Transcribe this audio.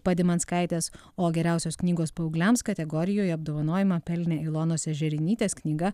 padimanskaitės o geriausios knygos paaugliams kategorijoje apdovanojimą pelnė ilonos ežerinitės knyga